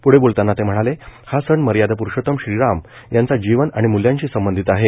प्रुढे बोलतांना ते म्हणाले हा सण मर्यादा प्रुषोत्तम श्रीराम यांच्या जीवन आणि मूल्यांशी संबंधित आहे